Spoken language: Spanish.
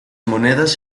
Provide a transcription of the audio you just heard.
monedas